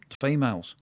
females